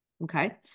Okay